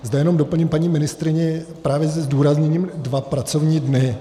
Zde jenom doplním paní ministryni právě se zdůrazněním dva pracovní dny.